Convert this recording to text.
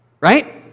Right